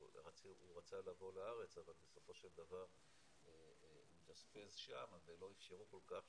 הוא רצה לבוא לארץ אבל בסופו של דבר התאשפז שם ולא איפשרו כל כך